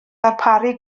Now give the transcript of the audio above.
ddarparu